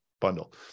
bundle